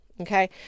Okay